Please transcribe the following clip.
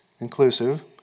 inclusive